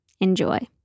Enjoy